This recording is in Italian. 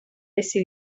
essi